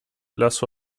lasso